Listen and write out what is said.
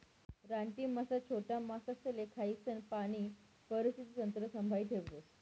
रानटी मासा छोटा मासासले खायीसन पाणी परिस्थिती तंत्र संभाई ठेवतस